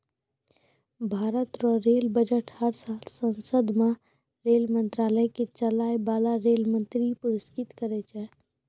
भारत रो rail budget हर साल सांसद मे रेल मंत्रालय के चलाय बाला रेल मंत्री परस्तुत करै छै